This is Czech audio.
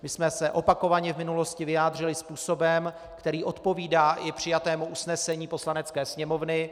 My jsme se opakovaně v minulosti vyjádřili způsobem, který odpovídá i přijatému usnesení Poslanecké sněmovny.